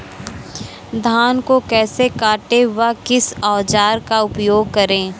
धान को कैसे काटे व किस औजार का उपयोग करें?